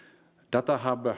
datahub